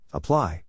Apply